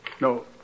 No